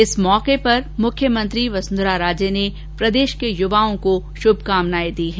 इस अवसर पर मुख्यमंत्री वसुंधरा राजे ने प्रदेश के यूवाओं को बधाई और शुभकामनाए दी हैं